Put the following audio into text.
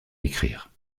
écrire